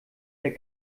der